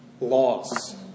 laws